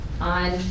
on